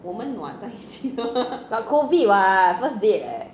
but covid what first date leh